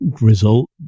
result